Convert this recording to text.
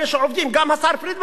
גם השר פרידמן אומר את זה.